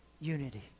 unity